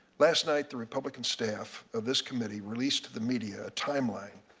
last night the republican staff of this committee released to the media a timeline,